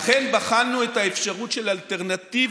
אכן, בחנו את האפשרות של אלטרנטיבות.